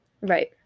Right